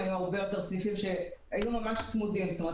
היו הרבה סניפים שהיו ממש צמודים ולכן